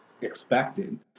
expected